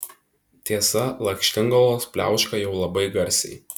tiesa lakštingalos pliauška jau labai garsiai